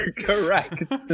correct